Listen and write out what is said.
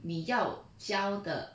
你要教的